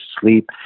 sleep